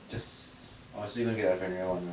just orh so you going to get one right